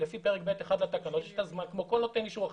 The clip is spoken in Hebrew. לפי פרק ב'1 לתקנות יש את הזמן כמו לכל נותן אישור אחר,